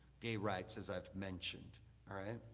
gay rights, as i've mentioned, all right?